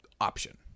option